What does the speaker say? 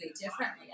differently